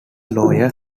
lawyer